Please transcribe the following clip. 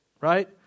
Right